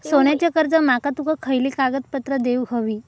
सोन्याच्या कर्जाक माका तुमका खयली कागदपत्रा देऊक व्हयी?